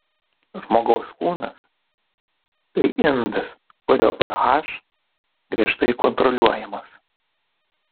žmogaus kūnas tai indas kurio ph griežtai kontroliuojamas